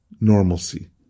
normalcy